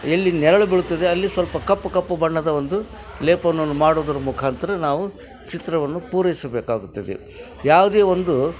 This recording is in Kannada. ಎಲ್ಲಿ ನೆರಳು ಬೀಳ್ತದೆ ಅಲ್ಲಿ ಸ್ವಲ್ಪ ಕಪ್ಪು ಕಪ್ಪು ಬಣ್ಣದ ಒಂದು ಲೇಪನವನ್ನು ಮಾಡುವುದರ ಮುಖಾಂತರ ನಾವು ಚಿತ್ರವನ್ನು ಪೂರೈಸಬೇಕಾಗುತ್ತದೆ ಯಾವುದೇ ಒಂದು